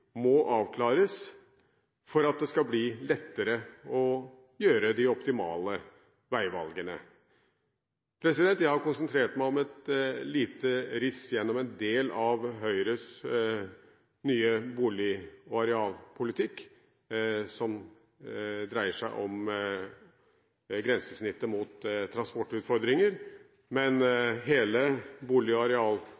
må avklares, for at det skal bli lettere å gjøre de optimale veivalgene. Jeg har konsentrert meg om et lite riss av en del av Høyres nye bolig- og arealpolitikk som dreier seg om grensesnittet mot transportutfordringer, men